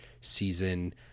season